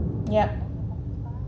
yeah